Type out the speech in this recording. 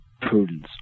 prudence